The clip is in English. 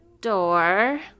door